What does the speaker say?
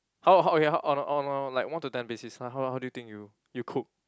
how how okay how on on like one to ten basis like how how how do you think you you cook